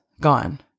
gone